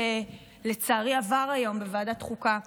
שלצערי עבר היום בוועדת חוקה,